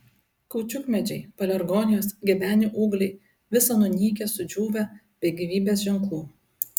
kaučiukmedžiai pelargonijos gebenių ūgliai visa nunykę sudžiūvę be gyvybės ženklų